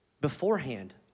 beforehand